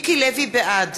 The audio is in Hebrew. בעד